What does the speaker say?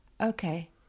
Okay